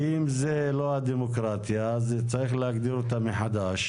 כי אם זו לא הדמוקרטיה, אז צריך להגדיר אותה מחדש.